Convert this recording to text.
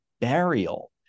burial